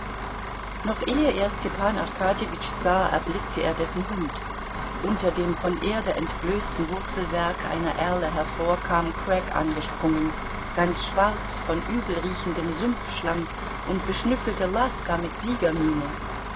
noch ehe er stepan arkadjewitsch sah erblickte er dessen hund unter dem von erde entblößten wurzelwerk einer erle hervor kam crack angesprungen ganz schwarz von übelriechendem sumpfschlamm und beschnüffelte laska mit siegermiene